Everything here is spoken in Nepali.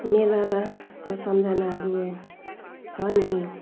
मेलामाको सम्झनाहरू छ नि